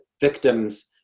victims